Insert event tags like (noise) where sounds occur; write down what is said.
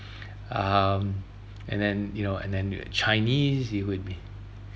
(breath) um and then you know and then you got chinese it would be